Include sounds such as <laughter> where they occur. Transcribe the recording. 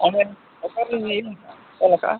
<unintelligible> ᱚᱠᱟ ᱨᱮᱞᱤᱧ ᱚᱞ ᱠᱟᱜᱼᱟ